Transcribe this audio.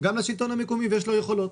גם לשלטון המקומי, ויש לו יכולות.